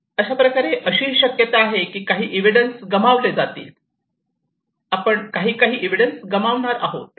अशाप्रकारे अशीही शक्यता आहे की काही एव्हिडन्स गमावले जातील आपण काही काही एव्हिडन्स गमावणार आहोत